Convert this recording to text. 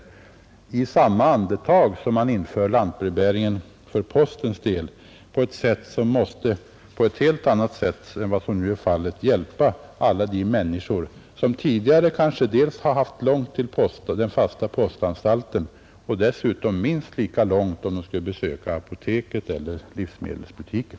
Man gör alltså detta i samma andetag som man inför lantbrevbäringen, vilken på ett helt annat sätt än nu kan ge service åt alla de människor som tidigare kanske både haft lång väg till den fasta postanstalten, och minst lika lång väg till apoteket eller livsmedelsbutiken.